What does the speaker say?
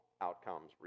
outcomes